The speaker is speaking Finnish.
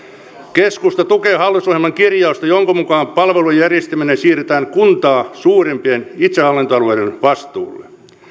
keskusta tukee hallitusohjelman kirjausta jonka mukaan palvelujen järjestäminen siirretään kuntaa suurempien itsehallintoalueiden vastuulle